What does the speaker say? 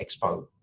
Expo